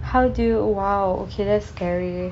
how do you !wow! okay that's scary